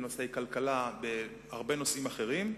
בנושאי כלכלה ובהרבה נושאים אחרים.